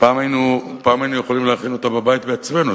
פעם היינו יכולים להכין אותה בבית בעצמנו.